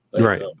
right